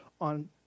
on